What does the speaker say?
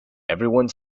everyone